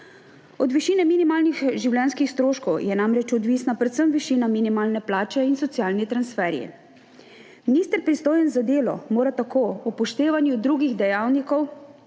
Od višine minimalnih življenjskih stroškov je namreč odvisna predvsem višina minimalne plače in socialni transferji. Minister, pristojen za delo, mora tako ob upoštevanju drugih dejavnikov